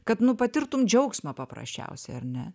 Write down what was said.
kad patirtumei džiaugsmą paprasčiausiai ar ne